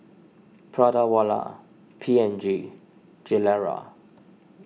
Prata Wala P and G Gilera